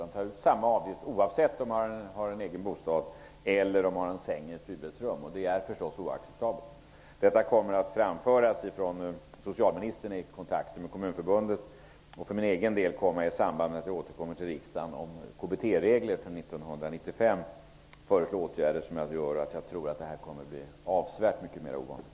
De tar ut samma avgift oavsett om patienten har en egen bostad eller en säng på ett fyrbäddsrum. Det är förstås oacceptabelt. Detta kommer att framföras från socialministern i kontakter med Kommunförbundet. För min egen del kommer jag att i samband med att jag återkommer till riksdagen om KBT-reglerna för 1995 att föreslå åtgärder som jag tror kommer att leda till att detta blir avsevärt mer ovanligt.